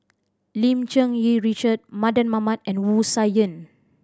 Lim Cherng Yih Richard Mardan Mamat and Wu Tsai Yen